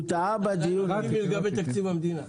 הוא טעה --- רק לגבי תקציב המדינה.